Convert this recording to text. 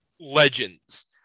legends